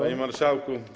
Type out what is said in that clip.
Panie Marszałku!